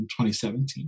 2017